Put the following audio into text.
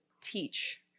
teach